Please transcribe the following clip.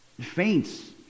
faints